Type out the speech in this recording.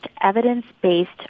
evidence-based